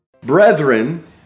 Brethren